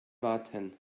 warten